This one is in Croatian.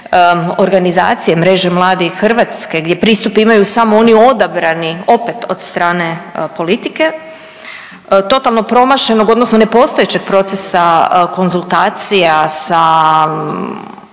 organizacije, Mreže mladih Hrvatske gdje pristup imaju samo oni odabrani opet od strane politike totalno promašenog odnosno nepostojećeg procesa konzultacija sa